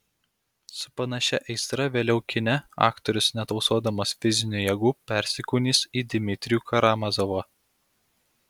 su panašia aistra vėliau kine aktorius netausodamas fizinių jėgų persikūnys į dmitrijų karamazovą